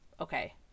okay